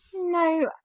no